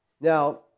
Now